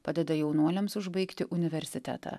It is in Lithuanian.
padeda jaunuoliams užbaigti universitetą